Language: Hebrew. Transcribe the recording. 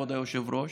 כבוד היושב-ראש,